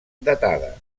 datada